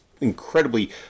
incredibly